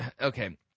okay